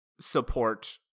support